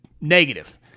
negative